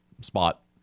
spot